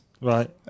Right